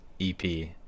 EP